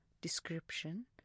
description